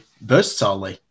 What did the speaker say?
Versatile